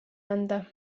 anda